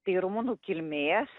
tai rumunų kilmės